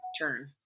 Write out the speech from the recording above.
turn